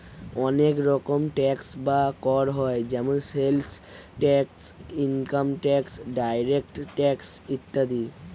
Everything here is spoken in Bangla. অনেক রকম ট্যাক্স বা কর হয় যেমন sales tax, income tax, direct tax ইত্যাদি